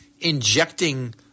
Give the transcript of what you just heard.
injecting